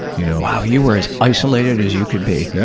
you know. wow, you were as isolated as you could be. yeah,